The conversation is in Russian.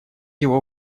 его